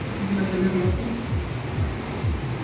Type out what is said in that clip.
even at the level of instruments you find it also.